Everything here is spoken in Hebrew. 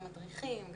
גם מדריכים,